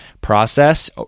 process